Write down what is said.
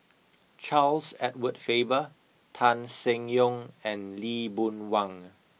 Charles Edward Faber Tan Seng Yong and Lee Boon Wang